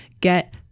get